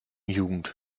jugend